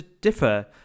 differ